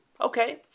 Okay